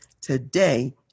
today